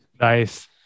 nice